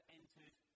entered